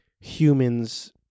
humans